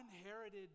inherited